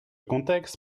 contexte